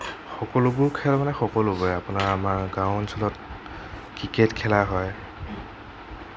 সকলোবোৰ খেল মানে সকলোবোৰেই আপোনাৰ আমাৰ গাওঁ অঞ্চলত ক্ৰিকেট খেলা হয়